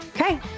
Okay